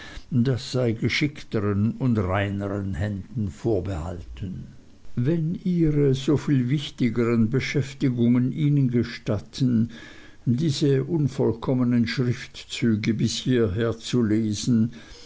das sei geschickteren und reineren händen vorbehalten wenn ihre soviel wichtigeren beschäftigungen ihnen gestatten diese unvollkommenen schriftzüge bis hierher zu lesen